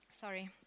Sorry